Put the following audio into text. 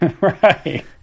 Right